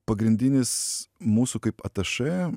pagrindinis mūsų kaip atašė